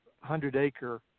hundred-acre